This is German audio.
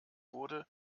wurde